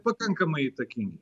pakankamai įtakingi